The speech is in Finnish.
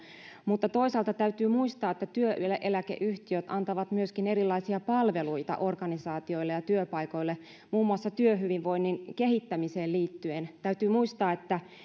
mutta toisaalta täytyy muistaa että työeläkeyhtiöt antavat myöskin erilaisia palveluita organisaatioille ja työpaikoille muun muassa työhyvinvoinnin kehittämiseen liittyen täytyy muistaa että